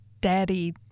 daddy